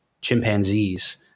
chimpanzees